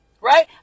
right